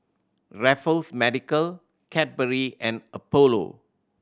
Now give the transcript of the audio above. Raffles Medical Cadbury and Apollo